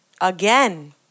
again